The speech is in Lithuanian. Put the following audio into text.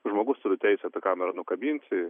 žmogus turi teisę tą kamerą nukabinti